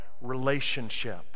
relationship